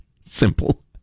Simple